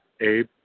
Abe